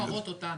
הן בוחרות אותנו.